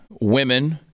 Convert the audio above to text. women